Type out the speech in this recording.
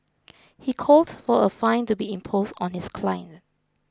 he called for a fine to be imposed on his client